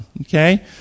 Okay